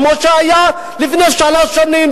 כמו שהיה לפני שלוש שנים,